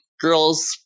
girls-